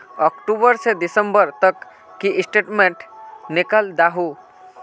अक्टूबर से दिसंबर तक की स्टेटमेंट निकल दाहू?